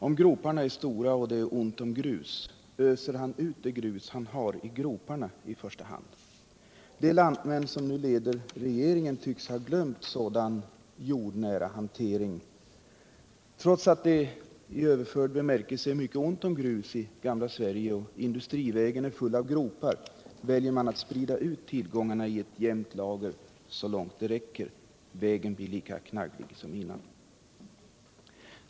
Om groparna är stora och det är ont om grus öser han ut det grus han har i första hand i groparna. De lantmän som nu leder regeringen tycks ha glömt sådan jordnära hantering. Trots att det i överförd bemärkelse är mycket ont om grus i gamla Sverige och Industrivägen är full av gropar så väljer man att sprida ut tillgångarna i ett jämnt lager så långt de räcker. Men vägen blir lika knagglig som innan.